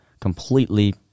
completely